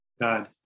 God